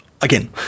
again